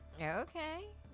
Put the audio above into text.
okay